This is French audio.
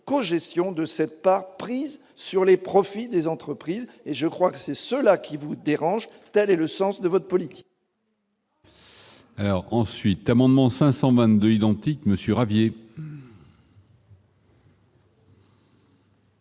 co-gestion de cette part prise sur les profits des entreprises et je crois que c'est cela qui vous dérange-t-elle et le sens de votre politique.